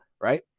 right